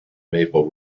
maple